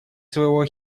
своего